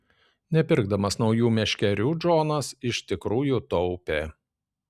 nepirkdamas naujų meškerių džonas iš tikrųjų taupė